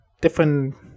different